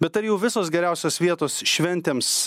bet ar jau visos geriausios vietos šventėms